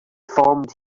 formed